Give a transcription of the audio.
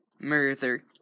murder